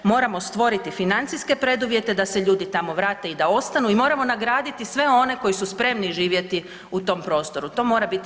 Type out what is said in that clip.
Moramo stvoriti financijske preduvjete da se ljudi tamo vrate i da ostanu i moramo nagraditi sve one koji su spremni živjeti u tom prostoru, to mora biti